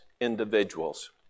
individuals